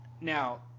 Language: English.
now